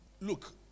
Look